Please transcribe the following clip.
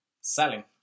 selling